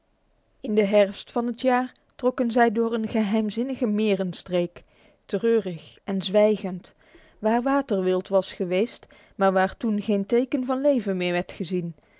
in de herfst van het jaar trokken zij door een geheimzinnige merenstreek treurig en zwijgend waar waterwild was geweest maar waar toen geen teken van leven meer werd gezien